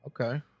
Okay